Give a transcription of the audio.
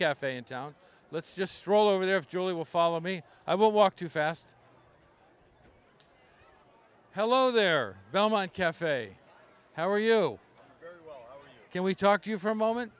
cafe in town let's just stroll over there if julie will follow me i will walk too fast hello there belmont cafe how are you can we talk to you for a moment